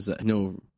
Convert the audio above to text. no